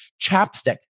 chapstick